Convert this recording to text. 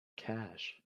cash